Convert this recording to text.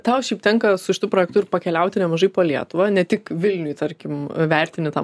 tau šiaip tenka su šitu projektu ir pakeliauti nemažai po lietuvą ne tik vilniuj tarkim vertini tą